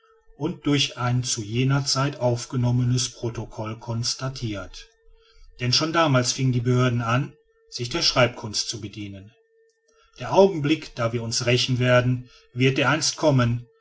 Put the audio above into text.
und durch ein zu jener zeit aufgenommenes protokoll constatirt denn schon damals fingen die behörden an sich der schreibekunst zu bedienen der augenblick da wir uns rächen werden wird dereinst kommen